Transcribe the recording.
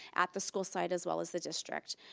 at the school site as well as the district,